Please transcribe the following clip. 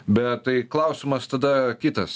bet tai klausimas tada kitas